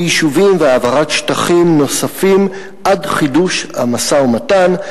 יישובים והעברת שטחים נוספים עד חידוש המשא-ומתן".